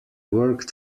worked